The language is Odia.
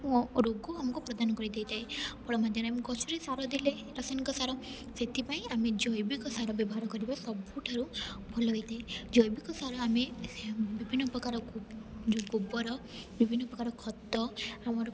ରୋଗ ଆମକୁ ପ୍ରଦାନ କରିଦେଇଥାଏ ଫଳ ମଧ୍ୟରେ ଆମେ ଗଛରେ ସାର ଦେଲେ ରାସାୟନିକ ସାର ସେଥିପାଇଁ ଆମେ ଜୈବିକ ସାର ବ୍ୟବହାର କରିବା ସବୁଠାରୁ ଭଲ ହେଇଥାଏ ଜୈବିକ ସାର ଆମେ ବିଭିନ୍ନ ପ୍ରକାର ଯେଉଁ ଗୋବର ବିଭିନ୍ନ ପ୍ରକାର ଖତ ଆମର